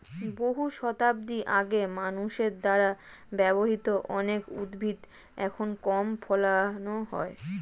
বহু শতাব্দী আগে মানুষের দ্বারা ব্যবহৃত অনেক উদ্ভিদ এখন কম ফলানো হয়